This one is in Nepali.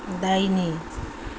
दाहिने